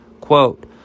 Quote